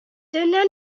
dyna